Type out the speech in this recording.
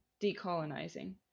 decolonizing